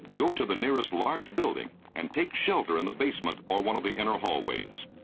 go to the nearest large building and take shelter in the basement or one of the inner hallways.